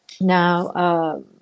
Now